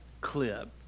clip